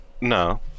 No